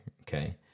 okay